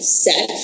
set